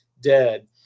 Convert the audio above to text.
dead